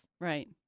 Right